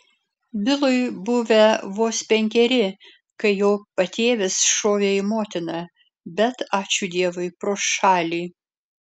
bilui buvę vos penkeri kai jo patėvis šovė į motiną bet ačiū dievui pro šalį